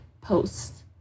posts